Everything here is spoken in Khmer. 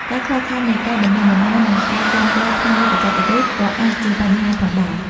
ការខ្វះខាតនៃការបណ្តុះបណ្តាល និងការគាំទ្រផ្នែកបច្ចេកទេស ក៏អាចជាបញ្ហាផងដែរ។